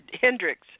Hendricks